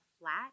flat